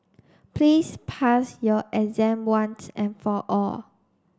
please pass your exam once and for all